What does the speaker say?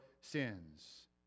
sins